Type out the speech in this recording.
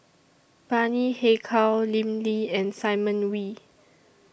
Bani Haykal Lim Lee and Simon Wee